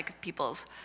people's